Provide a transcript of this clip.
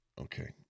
Okay